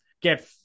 get